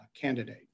candidate